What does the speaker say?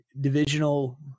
divisional